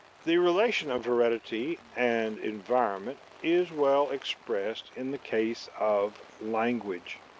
the relation of heredity and environment is well expressed in the case of language.